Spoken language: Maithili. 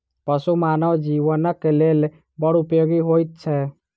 पशु मानव जीवनक लेल बड़ उपयोगी होइत छै